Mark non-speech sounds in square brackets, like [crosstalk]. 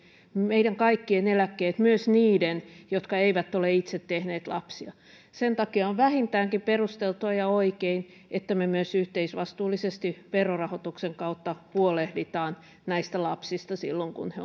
meidän kaikkien eläkkeet myös niiden jotka eivät ole itse tehneet lapsia sen takia on vähintäänkin perusteltua ja oikein että me myös yhteisvastuullisesti verorahoituksen kautta huolehdimme näistä lapsista silloin kun he [unintelligible]